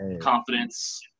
Confidence